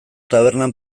tabernan